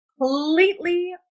completely